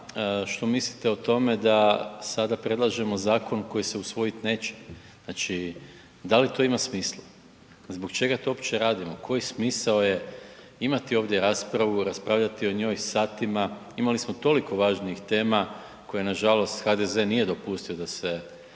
što mislite o tome da sada predlažemo zakon koji se usvojit neće. Znači, da li to ima smisla? Zbog čega to uopće radimo? Koji smisao je imati ovdje raspravu, raspravljati o njoj satima? Imali smo toliko važnijih tema koje nažalost HDZ nije dopustio da se